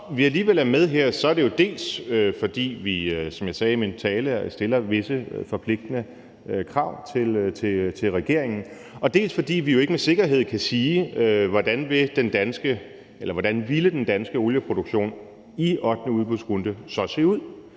vi alligevel er med her, er det jo, dels fordi vi, som jeg sagde i min tale, stiller visse forpligtende krav til regeringen, dels fordi vi ikke med sikkerhed kan sige, hvordan den danske olieproduktion i ottende udbudsrunde så ville